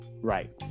Right